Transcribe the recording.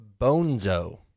Bonzo